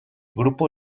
grupo